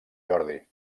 jordi